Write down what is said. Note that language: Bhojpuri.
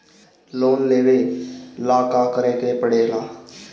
लोन लेबे ला का करे के पड़े ला?